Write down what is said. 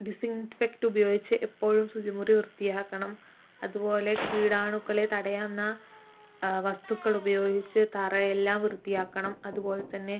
disinfect ഉപയോഗിച്ച് എപ്പോഴും ശുചിമുറി വൃത്തിയാക്കണം അതുപോലെ കീടാണുക്കളെ തടയുന്ന വസ്തുക്കൾ ഉപയോഗിച്ച് തറയെല്ലാം വൃത്തിയാക്കണം അതുപോലെത്തന്നെ